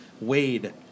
Wade